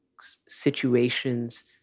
situations